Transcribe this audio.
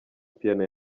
piano